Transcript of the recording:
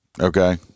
Okay